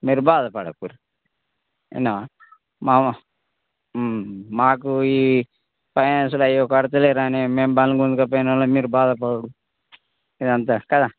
మీరు బాధ పడకండి విన్నావా మావా మాకు ఈ ఫైనాన్సులు అయి కడటల్లేరని మేము బళ్ళు గుంజుకుపోయినోళ్ళం మీరు బాధ పడుడు ఇదంతా కదా